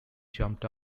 jumped